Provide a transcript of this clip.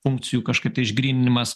funkcijų kažkaip tai išgryninimas